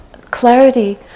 clarity